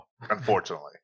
unfortunately